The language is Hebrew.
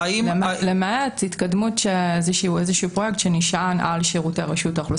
למעט התקדמות של איזשהו פרויקט שנשען על שירותי רשות האוכלוסין.